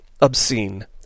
obscene